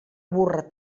burra